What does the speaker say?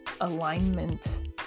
alignment